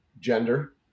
gender